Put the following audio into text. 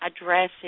addressing